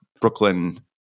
Brooklyn